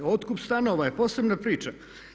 Otkup stanova je posebna priča.